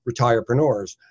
retirepreneurs